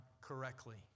correctly